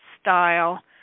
style